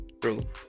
bro